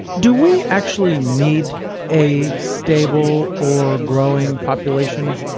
do we actually need a stable or growing population?